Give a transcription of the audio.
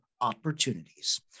Opportunities